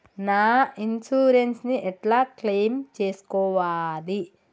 నా ఇన్సూరెన్స్ ని ఎట్ల క్లెయిమ్ చేస్కోవాలి?